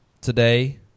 Today